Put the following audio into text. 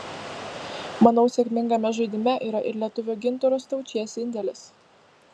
manau sėkmingame žaidime yra ir lietuvio gintaro staučės indėlis